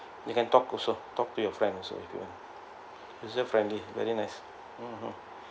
you can talk also talk to your friend also user friendly very nice mm mm